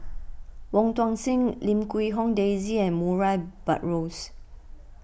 Wong Tuang Seng Lim Quee Hong Daisy and Murray Buttrose